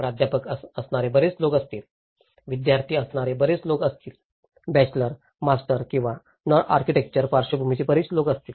प्राध्यापक असणारे बरेच लोक असतील विद्यार्थी असणारे बरेच लोक आहेत बॅचलर मास्टर्स किंवा नॉन आर्किटेक्चरल पार्श्वभूमीचे बरेच लोक आहेत